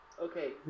Okay